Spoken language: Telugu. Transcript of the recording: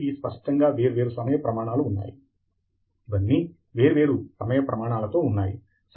మన సంప్రదాయం మరియు గ్రీకు సంప్రదాయంలోను ఉంది సాధారణంగా మెదడు యొక్క ఎడమ భాగము ఒక వ్యక్తికి చెందినది మరియు మెదడు యొక్క కుడి భాగము మరొక వ్యక్తిది అని